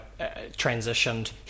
transitioned